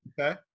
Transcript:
okay